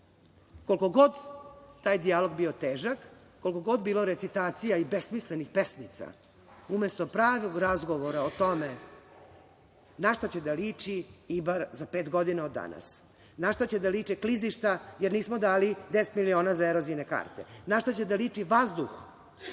Koliko god taj dijalog bio težak, koliko god bilo recitacija i besmislenih pesmica, umesto pravog razgovora o tome na šta će da liči Ibar za pet godina od danas, na šta će da liče klizišta jer nismo dali 10 miliona za erozivne karte, na šta će da liči vazduh,